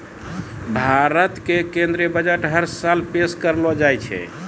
भारत के केन्द्रीय बजट हर साले पेश करलो जाय छै